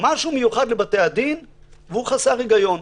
ראיתי בוועדות שרים האחרונות,